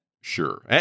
sure